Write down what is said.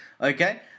Okay